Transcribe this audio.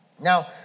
Now